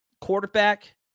quarterback